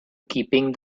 keeping